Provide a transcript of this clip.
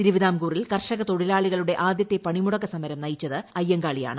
തിരുവിതാംകൂറിൽ കർഷക തൊഴിലാളികളുടെ ആദൃത്തെ പണിമുടക്ക്സമരം നയിച്ചത് അയ്യങ്കാളിയാണ്